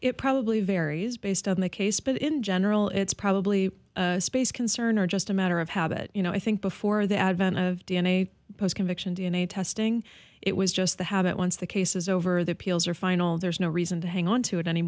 it probably varies based on the case but in general it's probably a space concern or just a matter of habit you know i think before the advent of d n a post conviction d n a testing it was just the habit once the case is over the peels are final there's no reason to hang onto it any